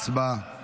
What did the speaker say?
הצבעה.